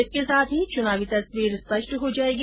इसके साथ ही चुनावी तस्वीर स्पष्ट हो जाएगी